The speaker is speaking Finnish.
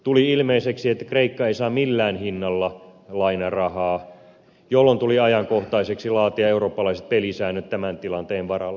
tuli ilmeiseksi että kreikka ei saa millään hinnalla lainarahaa jolloin tuli ajankohtaiseksi laatia eurooppalaiset pelisäännöt tämän tilanteen varalle